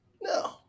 No